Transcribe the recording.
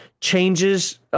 changes